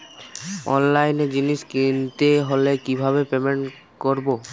অনলাইনে জিনিস কিনতে হলে কিভাবে পেমেন্ট করবো?